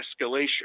escalation